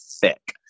thick